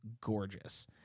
gorgeous